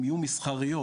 יהיו מסחריות,